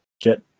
get